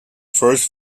first